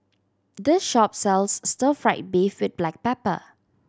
this shop sells stir fried beef with black pepper